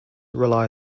rely